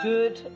Good